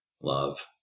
love